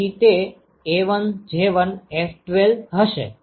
તેથી તે A1J1F12 હશે